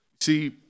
See